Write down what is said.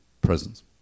presence